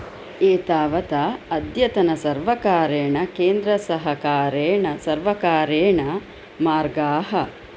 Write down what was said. एतावता अद्यतनसर्वकारेण केन्द्रसहकारेण सर्वकारेण मार्गाः